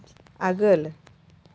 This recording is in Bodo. आगोल